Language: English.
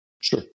Sure